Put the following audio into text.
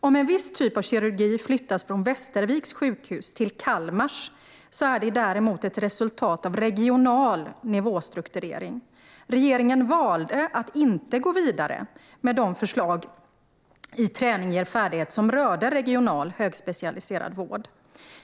Om en viss typ av kirurgi flyttas från Västerviks sjukhus till Kalmars är det däremot ett resultat av regional nivåstrukturering. Regeringen valde att inte gå vidare med de förslag i Träning ger färdighet som rörde regional högspecialiserad vård.